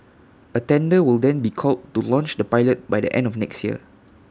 A tender will then be called to launch the pilot by the end of next year